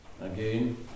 again